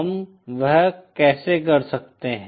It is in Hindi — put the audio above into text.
हम वह कैसे कर सकते है